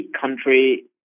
country